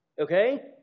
Okay